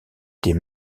était